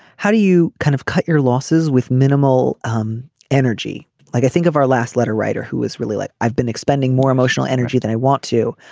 how do you kind of cut your losses with minimal um energy like i think of our last letter writer who is really like i've been expending more emotional energy than i want to.